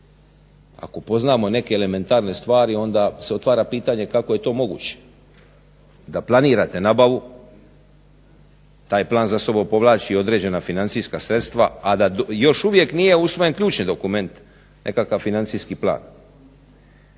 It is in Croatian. Ako poznamo neke elementarne stvari onda se otvara pitanje kako je to moguće da planirate nabavu taj plan za sobom povlači i određena financijska sredstva a da još uvijek nije usvojen ključni dokument, nekakav financijski plan.